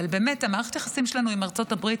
אבל מערכת היחסים שלנו עם ארצות הברית,